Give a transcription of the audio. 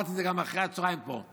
אמרתי את זה גם אחרי הצוהריים פה.